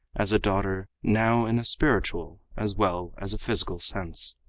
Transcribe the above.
as a daughter, now, in a spiritual as well as a physical sense.